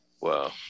Wow